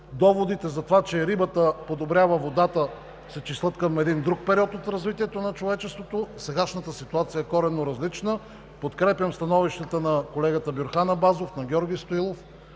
Доводите за това, че рибата подобрява водата се числят към един друг период от развитието на човечеството, а сегашната ситуация е коренно различна. Подкрепям становищата на колегите Бюрхан Абазов, на Георги Стоилов.